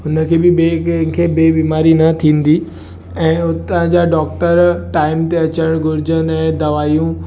हुनखे बि ॿिए कंहिंखे ॿिए बिमारी न थींदी ऐं उतां जा डॉक्टर टाइम ते अचण घुर्जनि ऐं दवाइयूं